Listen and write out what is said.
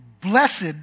blessed